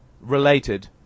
related